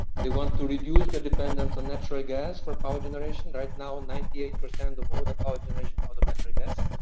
they want to reduce the dependence on natural gas for power generation. right now ninety eight percent of all the power generation out of natural as.